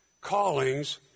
callings